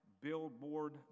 billboard